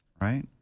right